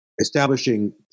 establishing